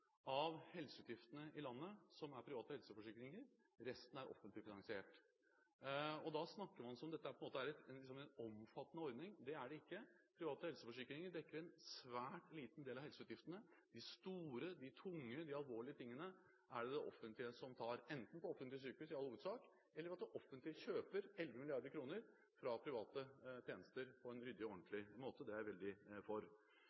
private helseforsikringer, og resten er offentlig finansiert. Man snakker som om dette på en måte er en omfattende ordning. Det er det ikke. Private helseforsikringer dekker en svært liten del av helseutgiftene. De store, de tunge, de alvorlige tingene er det det offentlige som tar, enten, og i all hovedsak, på offentlige sykehus eller ved at det offentlige kjøper – 11 mrd. kr – fra private tjenester på en ryddig og ordentlig måte. Det er jeg veldig for.